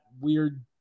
weird